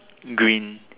green